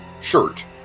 shirt